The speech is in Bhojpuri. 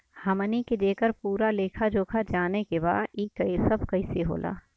हमनी के जेकर पूरा लेखा जोखा जाने के बा की ई सब कैसे होला?